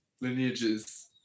lineages